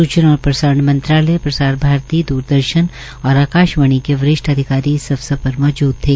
सूचना और प्रसारण मंत्रालय प्रसाार भारती द्रदर्शन और आकाशवाणी के वरिष्ठ अधिकारी इस अवसर पर मौजूद थे